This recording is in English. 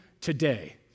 today